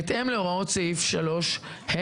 בהתאם להוראות סעיף 3ה(א).